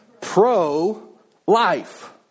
Pro-life